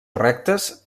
rectes